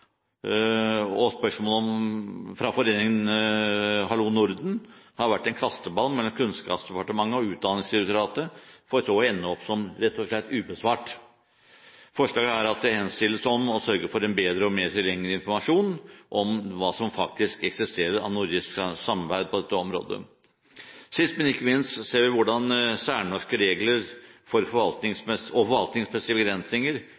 om det, og spørsmålet fra foreningen Hallo Norden har vært en kasteball mellom Kunnskapsdepartementet og Utdanningsdirektoratet for så å ende opp som – rett og slett – ubesvart. Forslaget går ut på at det henstilles til regjeringen å sørge for bedre og mer tilgjengelig informasjon om hva som faktisk eksisterer av nordisk samarbeid på dette området. Sist, men ikke minst ser vi hvordan særnorske regler og forvaltningsmessige begrensninger